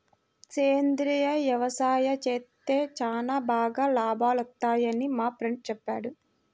సేంద్రియ యవసాయం చేత్తే చానా బాగా లాభాలొత్తన్నయ్యని మా ఫ్రెండు చెప్పాడు